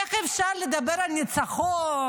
איך אפשר לדבר על ניצחון,